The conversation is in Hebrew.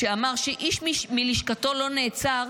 שאמר שאיש מלשכתו לא נעצר,